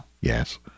yes